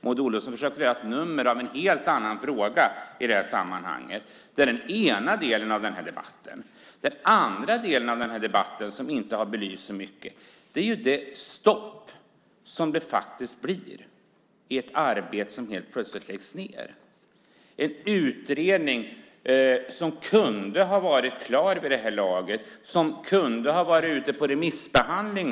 Maud Olofsson försöker göra ett nummer av en helt annan fråga. Det är den ena delen av den här debatten. Den andra delen av den här debatten, som inte har belysts så mycket, är det stopp som det blir i ett arbete som plötsligt läggs ned. Den här utredningen kunde ha varit klar vid det här laget och den kunde ha varit ute för remissbehandling.